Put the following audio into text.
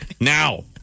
Now